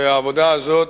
והעבודה הזאת,